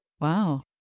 Wow